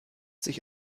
sich